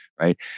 Right